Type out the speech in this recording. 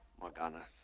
morgana,